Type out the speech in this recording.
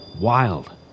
Wild